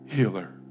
Healer